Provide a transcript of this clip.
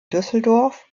düsseldorf